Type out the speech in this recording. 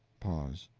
pause.